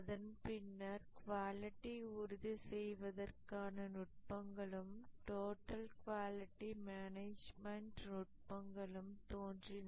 அதன்பின்னர் குவாலிட்டி உறுதி செய்வதற்கான நுட்பங்களும் டோட்டல் குவாலிட்டி மேனேஜ்மென்ட் நுட்பங்களும் தோன்றின